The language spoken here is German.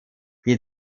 die